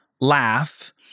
laugh